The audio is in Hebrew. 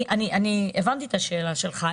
אני הבנתי את השאלה שלך,